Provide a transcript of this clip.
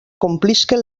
complisquen